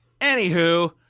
Anywho